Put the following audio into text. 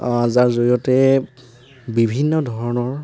যাৰ জৰিয়তে বিভিন্ন ধৰণৰ